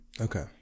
Okay